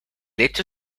hecho